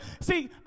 See